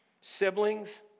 siblings